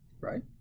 Right